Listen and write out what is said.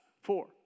four